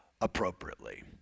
appropriately